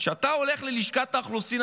כשאתה הולך ללשכת האוכלוסין,